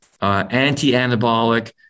anti-anabolic